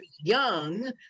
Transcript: young